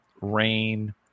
rain